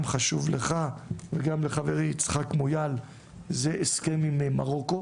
חשוב לך וגם לחברי יצחק מויאל זה הסכם עם מרוקו.